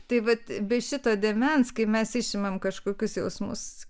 tai vat be šito dėmens kai mes išimam kažkokius jausmus